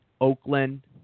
Oakland